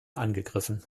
angegriffen